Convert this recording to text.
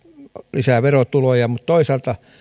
lisää verotuloja mutta toisaalta